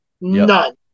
None